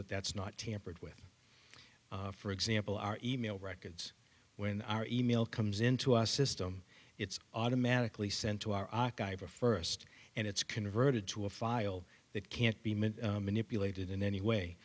that that's not tampered with for example our e mail records when our e mail comes into our system it's automatically sent to our archive or first and it's converted to a file that can't be manipulated in any way